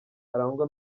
arangwa